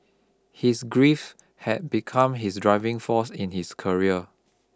his grief had become his driving force in his career